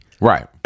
Right